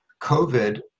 covid